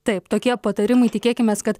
taip tokie patarimai tikėkimės kad